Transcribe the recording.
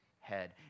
head